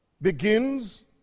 begins